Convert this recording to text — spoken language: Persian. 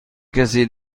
کسی